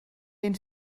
den